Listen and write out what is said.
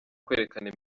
kwerekana